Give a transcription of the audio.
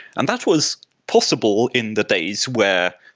and that was possible in the days where,